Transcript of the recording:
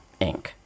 Inc